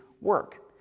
work